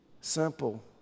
simple